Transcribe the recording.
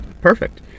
perfect